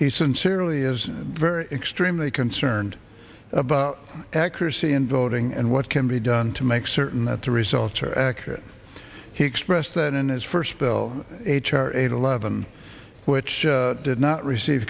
he sincerely is very extremely concerned about accuracy in voting and what can be done to make certain that the results are accurate he expressed that in his first spell h r eight eleven which did not receive